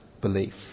belief